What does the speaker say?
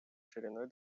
шириной